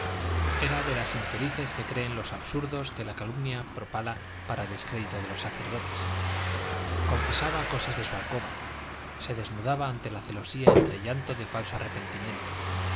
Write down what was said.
era de las infelices que creen los absurdos que la calumnia propala para descrédito de los sacerdotes confesaba cosas de su alcoba se desnudaba ante la celosía entre llanto de falso arrepentimiento